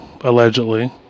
allegedly